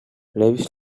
lewis